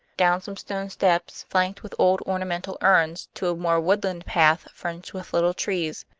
down some stone steps flanked with old ornamental urns to a more woodland path fringed with little trees,